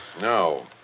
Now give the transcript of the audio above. No